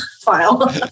file